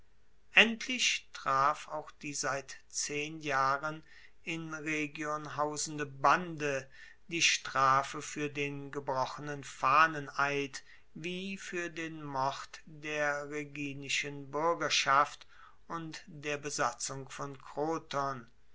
endlich traf auch die seit zehn jahren in rhegion hausende bande die strafe fuer den gebrochenen fahneneid wie fuer den mord der rheginischen buergerschaft und der besatzung von kroton